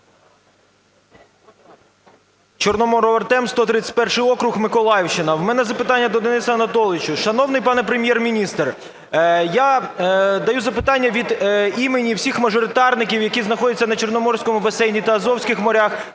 Чорноморов Артем, 131 округ, Миколаївщина. В мене запитання до Дениса Анатолійовича. Шановний пане Прем'єр-міністр, я даю запитання від імені всіх мажоритарників, які знаходяться на Чорноморському басейні та Азовських морях.